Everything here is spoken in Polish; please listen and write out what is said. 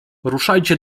ruszajcie